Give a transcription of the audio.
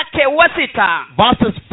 Verses